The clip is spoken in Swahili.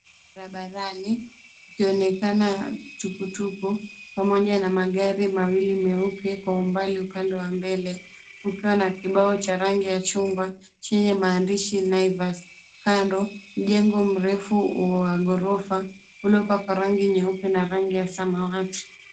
Barabarani, kukionekana tuktuk pamoja na magari mawili meupe kwa umbali upande wa mbele, kukiwa na kibao cha rangi ya chungwa chenye maandishi, Naivas. Kando, mjengo mrefu wa ghorofa uliopakwa rangi nyeupe na rangi ya samawati.